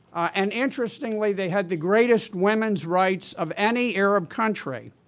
and interestingly, they had the greatest women's rights of any arab country.